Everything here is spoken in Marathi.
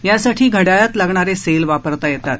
यासाठी घड्याळात लागणारे सेल वापरता येतात